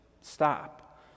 stop